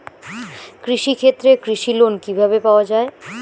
কৃষি ক্ষেত্রে কৃষি লোন কিভাবে পাওয়া য়ায়?